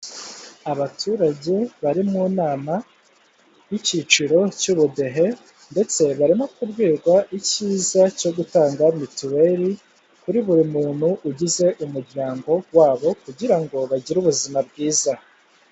Abaturage bari mu nama y'icyiciro cy'ubudehe ndetse barimo kubwirwa ikiza cyo gutanga mituweri kuri buri muntu ugize umuryango wabo kugira ngo bagire ubuzima bwiza.